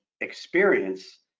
experience